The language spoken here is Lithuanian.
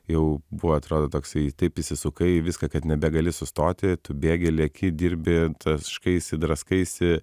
jau buvo atrodo toksai taip įsisukai į viską kad nebegali sustoti tu bėgi leki dirbi taškaisi draskaisi